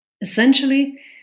Essentially